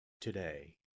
today